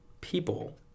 people